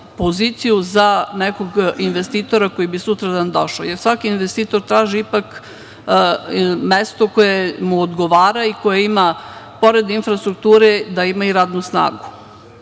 poziciju za nekog investitora koji bi nam sutra došao, jer svaki investitor traži mesto koje mu odgovara i koje ima pored infrastrukture da ima i radnu snagu. Tu